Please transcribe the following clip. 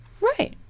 Right